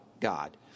God